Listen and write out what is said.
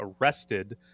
arrested